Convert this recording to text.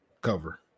cover